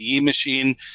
machine